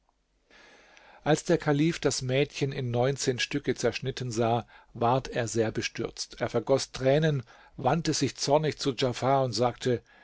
als der kalif das mädchen in neunzehn stücke zerschnitten sah ward er sehr bestürzt er vergoß tränen wandte sich zornig zu djafar und sagte